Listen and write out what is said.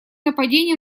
нападение